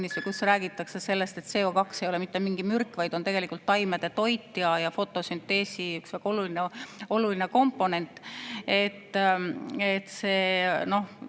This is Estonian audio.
räägitakse sellest, et CO2ei ole mitte mingi mürk, vaid on taimede toit ja fotosünteesi üks väga oluline komponent. Kõiki neid